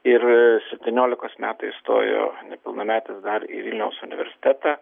ir septyniolikos metų įstojo nepilnametis dar į vilniaus universitetą